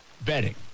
betting